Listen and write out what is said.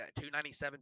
297